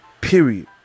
Period